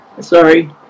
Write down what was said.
sorry